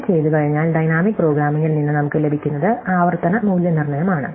ഇത് ചെയ്തുകഴിഞ്ഞാൽ ഡൈനാമിക് പ്രോഗ്രാമിംഗിൽ നിന്ന് നമുക്ക് ലഭിക്കുന്നത് ആവർത്തന മൂല്യനിർണ്ണയമാണ്